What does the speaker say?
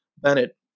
Bennett